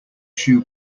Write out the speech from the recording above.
shoe